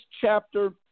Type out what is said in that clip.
chapter